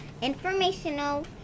informational